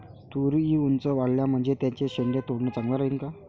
तुरी ऊंच वाढल्या म्हनजे त्याचे शेंडे तोडनं चांगलं राहीन का?